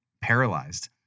paralyzed